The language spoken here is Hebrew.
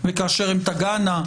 וכאשר הן תגענה,